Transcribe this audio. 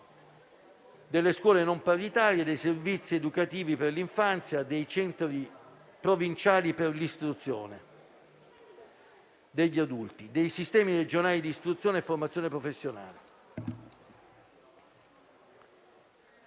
delle scuole non paritarie, dei servizi educativi per l'infanzia, dei centri provinciali per l'istruzione degli adulti, dei sistemi regionali di istruzione e formazione professionale,